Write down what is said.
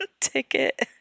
ticket